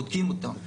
בודקים אותם,